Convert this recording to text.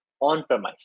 on-premise